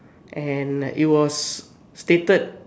and it was stated